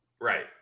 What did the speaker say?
Right